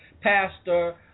pastor